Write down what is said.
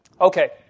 Okay